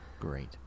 Great